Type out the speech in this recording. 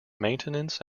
maintenance